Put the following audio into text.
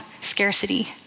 scarcity